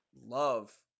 love